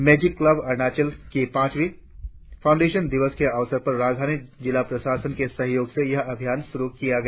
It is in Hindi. मेजिक क्लॉब अरुणाचल की पांचवें फाउंडेशन दिवस के अवसर पर राजधानी जिला प्रशासन के सहयोग से यह अभियान शुरु किया गया